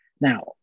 Now